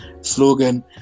slogan